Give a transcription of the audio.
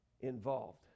involved